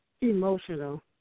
Emotional